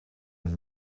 und